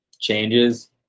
changes